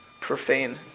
profane